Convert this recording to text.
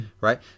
right